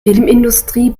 filmindustrie